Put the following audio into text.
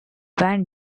van